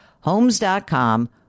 Homes.com